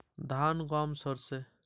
আউশ ধান কোন শস্যের মধ্যে পড়ে?